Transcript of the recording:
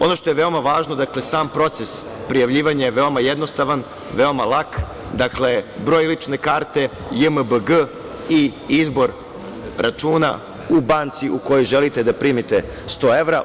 Ono što je veoma važno, dakle, sam proces prijavljivanja je veoma jednostavan, veoma lak, dakle, broj lične karte, JMBG i izbor računa u banci u kojoj želite da primite 100 evra.